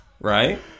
right